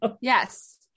Yes